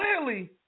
clearly